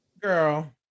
Girl